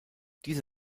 die